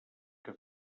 que